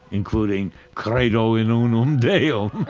including credo in unum deum.